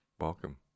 Welcome